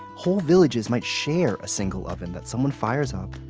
whole villages might share a single oven that someone fires up,